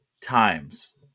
times